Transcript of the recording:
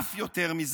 אף יותר מזה: